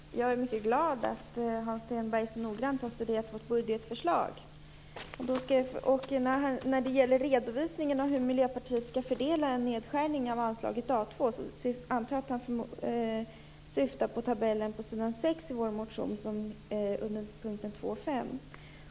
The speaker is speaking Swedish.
Fru talman! Jag är mycket glad att Hans Stenberg så noggrant har studerat Miljöpartiets budgetförslag. När det gäller redovisningen av hur Miljöpartiet skall fördela en nedskärning av anslaget A 2 syftar han förmodligen på tabellen på s. 6 i vår motion, under punkt 2.5.